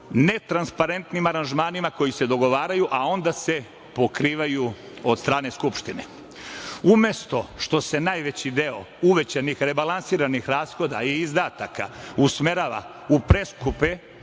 netransparentnim aranžmanima koji se dogovaraju, a onda e pokrivaju od strane Skupštine. Umesto što se najveći deo uvećanih rebalansiranih rashoda i izdataka usmerava u preskupe